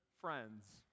friends